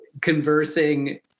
conversing